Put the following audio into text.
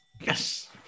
Yes